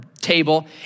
table